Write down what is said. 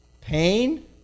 pain